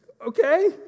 okay